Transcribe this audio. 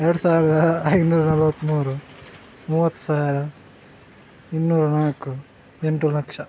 ಎರಡು ಸಾವಿರದ ಐನೂರ ನಲವತ್ಮೂರು ಮೂವತ್ತು ಸಾವಿರ ಇನ್ನೂರ ನಾಲ್ಕು ಎಂಟು ಲಕ್ಷ